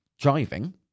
driving